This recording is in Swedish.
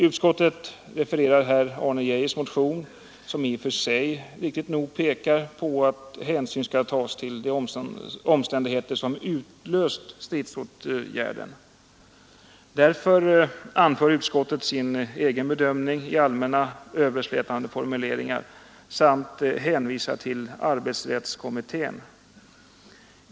Utskottet refererar här Arne Geijers motion, som i och för sig pekar på att hänsyn skall tas till de omständigheter som utlöst stridsåtgärden. Därefter anför utskottet sin egen bedömning i allmänna, överslätande formuleringar samt hänvisar till arbetsrättskommittén.